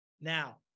Now